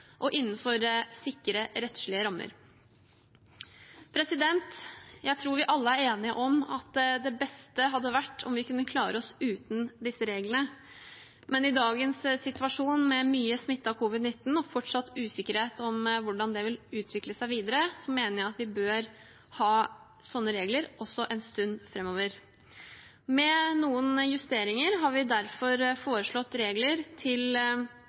og innenfor sikre, rettslige rammer. Jeg tror vi alle er enige om at det beste hadde vært om vi kunne klare oss uten disse reglene, men i dagens situasjon, med mye smitte av covid-19 og fortsatt usikkerhet om hvordan det vil utvikle seg videre, mener jeg at vi bør ha sånne regler også en stund framover. Med noen justeringer har vi derfor foreslått regler tilsvarende straffegjennomføringsloven kapittel 3 A for tiden fram til